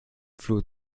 flur